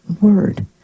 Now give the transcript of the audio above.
Word